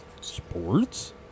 Sports